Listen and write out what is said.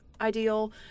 ideal